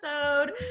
episode